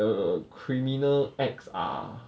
the criminal acts are